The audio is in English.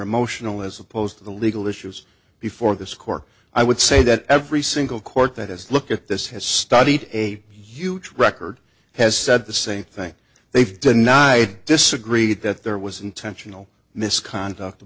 emotional as opposed to the legal issues before the score i would say that every single court that has look at this has studied a huge record has said the same thing they've denied disagreed that there was intentional misconduct